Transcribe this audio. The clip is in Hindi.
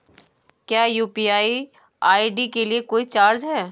क्या यू.पी.आई आई.डी के लिए कोई चार्ज है?